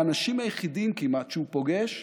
האנשים היחידים כמעט שהוא פוגש,